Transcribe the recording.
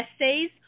essays